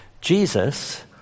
Jesus